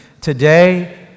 Today